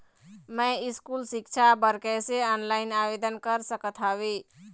मैं स्कूल सिक्छा बर कैसे ऑनलाइन आवेदन कर सकत हावे?